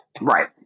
Right